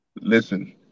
Listen